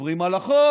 עוברים על החוק.